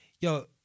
yo